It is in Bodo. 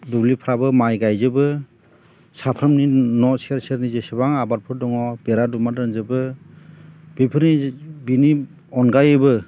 दुब्लिफ्राबो माइ गायजोबो साफ्रोमनि न' सेर सेरनि जेसेबां आबादफोर दङ बेरा दुमनानै दोनजोबो बेफोरनि बेनि अनगायैबो